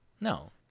No